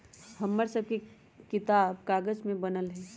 हमर सभके किताब कागजे से बनल हइ